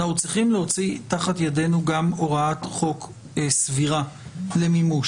אנחנו צריכים להוציא תחת ידינו גם הוראת חוק סבירה למימוש.